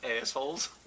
assholes